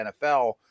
NFL